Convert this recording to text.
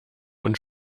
und